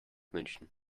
münchen